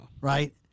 right